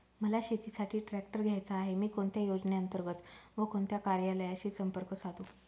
मला शेतीसाठी ट्रॅक्टर घ्यायचा आहे, मी कोणत्या योजने अंतर्गत व कोणत्या कार्यालयाशी संपर्क साधू?